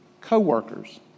co-workers